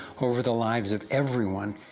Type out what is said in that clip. over the lives of everyone,